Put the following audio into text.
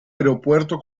aeropuerto